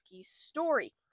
story